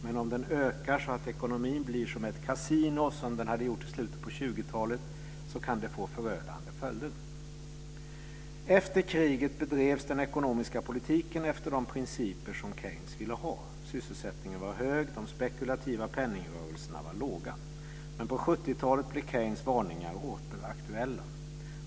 Men om den ökar så att ekonomin blir som ett kasino, som den hade gjort i slutet av 20-talet, kan det få förödande följder. Efter kriget bedrevs den ekonomiska politiken efter de principer som Keynes ville ha. Sysselsättningen var hög, de spekulativa penningrörelserna var låga. Men på 70-talet blev Keynes varningar åter aktuella.